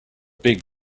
big